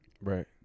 Right